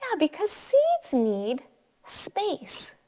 because seeds need space.